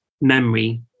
memory